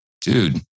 dude